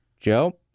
Joe